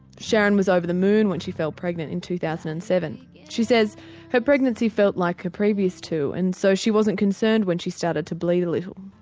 sharon was over the moon when she fell pregnant in two thousand and seven. she says her pregnancy felt like the previous two and so she wasn't concerned when she started to bleed a little.